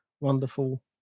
wonderful